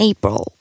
April